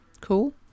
cool